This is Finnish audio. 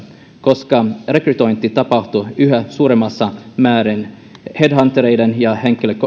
koska rekrytointi tapahtuu yhä suuremmassa määrin headhuntereiden ja